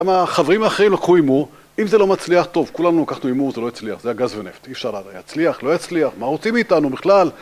גם החברים האחרים לקחו הימור, אם זה לא מצליח, טוב, כולנו לקחנו הימור, זה לא הצליח, זה היה גז ונפט, אי אפשר... יצליח, לא יצליח, מה רוצים מאיתנו בכלל?